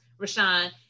Rashawn